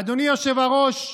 אדוני היושב-ראש,